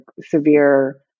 severe